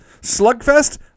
Slugfest